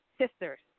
sisters